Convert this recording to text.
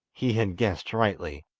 he had guessed rightly,